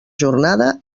jornada